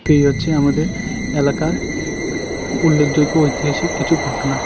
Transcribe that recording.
তো এই হচ্ছে আমাদের এলাকার উল্লেখযোগ্য ঐতিহাসিক কিছু ঘটনা